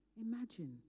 Imagine